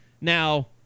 now